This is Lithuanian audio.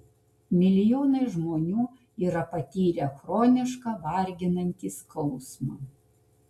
milijonai žmonių yra patyrę chronišką varginantį skausmą